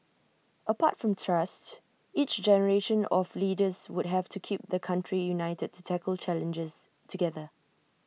apart from trust each generation of leaders would have to keep the country united to tackle challenges together